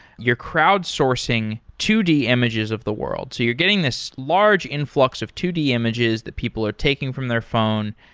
you're crowdsourcing two d images of the world, so you're getting this large influx of two d images that people are taking from their phone.